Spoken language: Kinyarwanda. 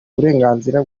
uburenganzira